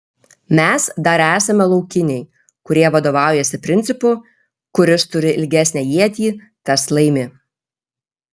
mes dar esame laukiniai kurie vadovaujasi principu kuris turi ilgesnę ietį tas laimi